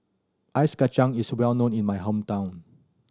ice kacang is well known in my hometown